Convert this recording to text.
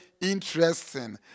interesting